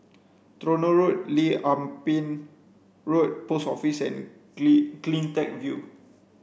Tronoh Road Lim Ah Pin Road Post Office Clean CleanTech View